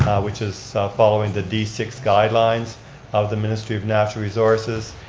which is following the d six guidelines of the ministry of natural resources,